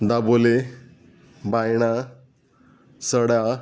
Dabolim Baina Sada